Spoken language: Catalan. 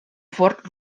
fort